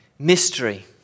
mystery